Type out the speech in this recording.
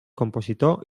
compositor